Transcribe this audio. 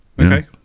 Okay